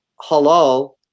halal